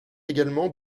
également